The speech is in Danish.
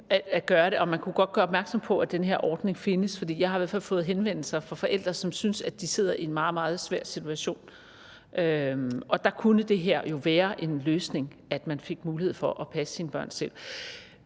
man kunne godt gøre opmærksom på, at den her ordning findes. For jeg har da fået henvendelser fra forældre, som synes, at de sidder i en meget, meget svær situation. Og der kunne det her jo være en løsning, altså at man fik mulighed for at passe sine børn selv.